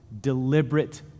Deliberate